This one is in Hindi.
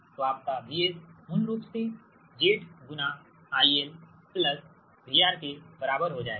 तो आपका VS मूल रूप से Z IL VR के बराबर हो जाएगा